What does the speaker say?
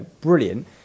brilliant